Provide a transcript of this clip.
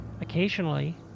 Occasionally